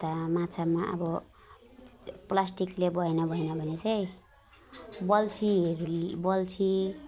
अन्त माछामा अब प्लास्टिकले प्लास्टिकले भएन भएन भने चाहिँ बल्छी बल्छी